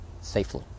Safely